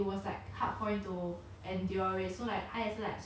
because like other than like just performing and singing you have to like